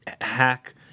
hack